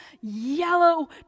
yellow